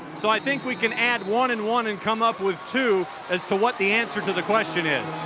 so i think we can add one and one and come up with two as to what the answer to the question is.